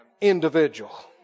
individual